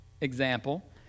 example